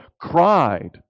cried